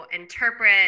interpret